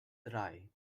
drei